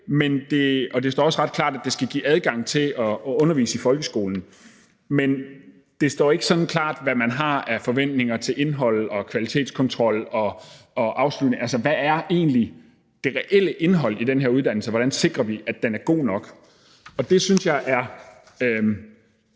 og det står også ret klart, at det skal give adgang til at undervise i folkeskolen, men det står ikke sådan klart, hvad man har af forventninger til indhold og kvalitetskontrol. Altså, hvad er egentlig det reelle indhold i den her uddannelse, og hvordan sikrer vi, at den er god nok? Jeg synes, at